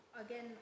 again